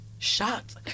Shocked